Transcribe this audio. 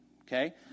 okay